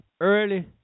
early